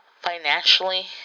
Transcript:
Financially